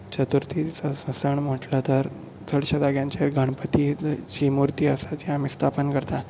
चतुर्थी सण म्हणटले तर चडशे जाग्यांचेर गणपतीची जी मुर्ती आसा जी आमी स्थापन करता